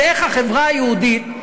ואיך החברה היהודית,